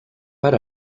per